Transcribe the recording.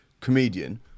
comedian